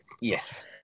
Yes